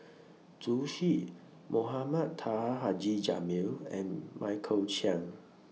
Zhu Xu Mohamed Taha Haji Jamil and Michael Chiang